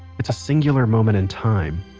it's a singular moment in time.